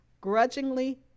grudgingly